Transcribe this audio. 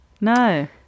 No